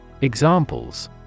Examples